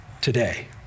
today